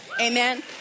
Amen